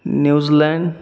New Zealand